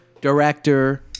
director